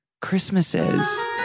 Christmases